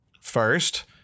First